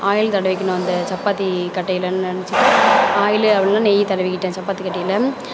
oil தடவிக்கணும் அந்த சப்பாத்தி கட்டையில்னு நினச்சிட்டு ஆயிலு அப்படில்லனா நெய் தடவிக்கிட்டேன் சப்பாத்தி கட்டையில்